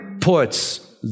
puts